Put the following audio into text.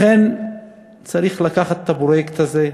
לכן צריך לקחת את הפרויקט הזה,